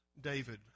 David